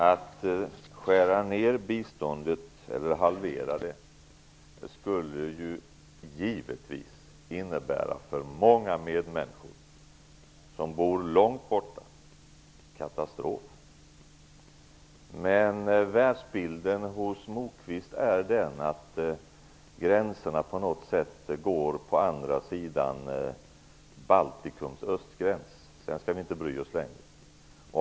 Att skära ner biståndet eller att halvera det skulle givetvis innebära katastrof för många medmänniskor som bor långt borta. Men Lars Moquists världsbild innebär att gränserna för hur långt vi skall bry oss går på andra sidan Baltikums östgräns.